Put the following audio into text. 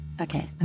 Okay